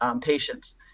patients